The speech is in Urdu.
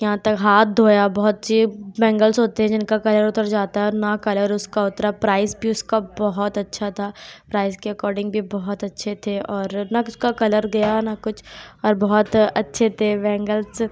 یہاں تک ہاتھ دھویا بہت سی بینگلس ہوتے ہیں جن کا کلر اُتر جاتا ہے اور نہ کلر اُس کا اُترا پرائس بھی اُس کا بہت اچھا تھا پرائز کے اکارڈنگ بھی بہت اچھے تھے اور نہ کہ اُس کا کلر گیا نہ کچھ اور بہت اچھے تھے بینگلس